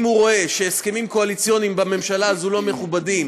אם הוא רואה שהסכמים קואליציוניים בממשלה הזאת לא מכובדים,